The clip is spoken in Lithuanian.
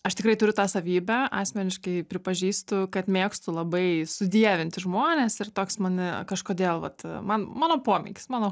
aš tikrai turiu tą savybę asmeniškai pripažįstu kad mėgstu labai sudievinti žmones ir toks mane kažkodėl vat man mano pomėgis mano